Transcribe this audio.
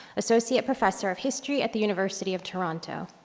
associate professor of history at the university of toronto.